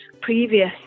previous